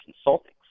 consulting